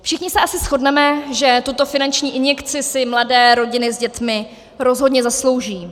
Všichni se asi shodneme, že tuto finanční injekci si mladé rodiny s dětmi rozhodně zaslouží.